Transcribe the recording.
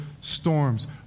storms